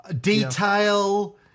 detail